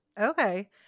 okay